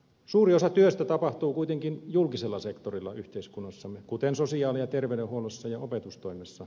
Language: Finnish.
suuri osa työstä tapahtuu kuitenkin julkisella sektorilla yhteiskunnassamme kuten sosiaali ja terveydenhuollossa ja opetustoimessa